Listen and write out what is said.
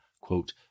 quote